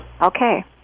Okay